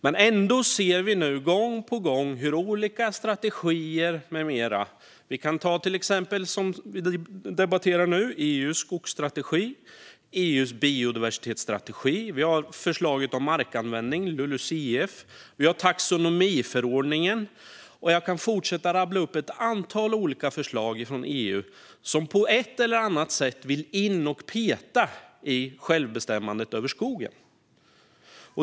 Men ändå ser vi nu gång på gång olika strategier med mera - till exempel EU:s skogsstrategi som vi nu debatterar, EU:s biodiversitetsstrategi, förslaget om markanvändning, LULUCF, taxonomiförordningen och ett antal andra förslag - där man på ett eller annat sätt vill in och peta i självbestämmandet över skogen.